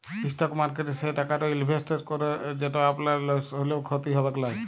stock মার্কেটে সে টাকাট ইলভেসেট করুল যেট আপলার লস হ্যলেও খ্যতি হবেক লায়